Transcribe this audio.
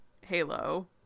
Halo